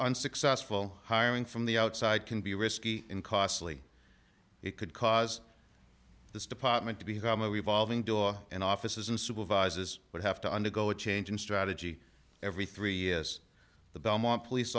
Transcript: unsuccessful hiring from the outside can be risky costly it could cause this department to become a revolving door and offices and supervises would have to undergo a change in strategy every three is the belmont police